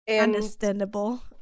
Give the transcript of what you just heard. Understandable